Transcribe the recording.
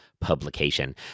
publication